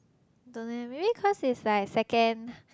don't know leh maybe cause it's like second